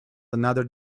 another